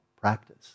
practice